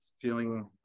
feeling